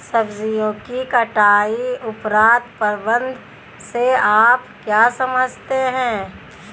सब्जियों की कटाई उपरांत प्रबंधन से आप क्या समझते हैं?